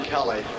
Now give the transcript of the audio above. Kelly